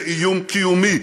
זה איום קיומי,